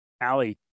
Allie